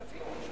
כספים.